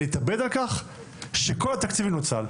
להתאבד על כך שכל התקציב ינוצל,